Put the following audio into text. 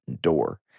door